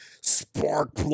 spark